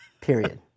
period